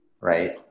right